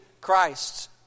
Christ